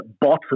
bottom